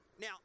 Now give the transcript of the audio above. Now